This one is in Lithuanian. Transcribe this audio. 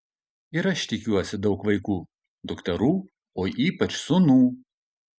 ir aš tikiuosi daug vaikų dukterų o ypač sūnų